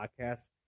podcast